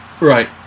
Right